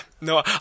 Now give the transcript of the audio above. no